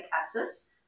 abscess